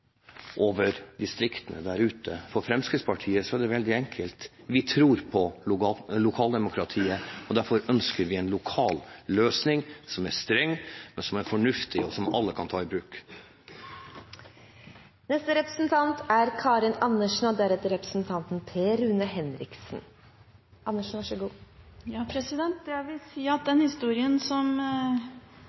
over distriktene der ute. For Fremskrittspartiet er det veldig enkelt: Vi tror på lokaldemokrati, og derfor ønsker vi en lokal løsning som er streng, men som er fornuftig og som alle kan ta i bruk. Jeg vil si at den historien som